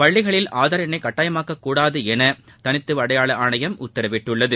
பள்ளிகளில் ஆதார் எண்ணை கட்டாயமாக்கக் கூடாதென தனித்துவ அடையாள ஆணையம் உத்தரவிட்டுள்ளது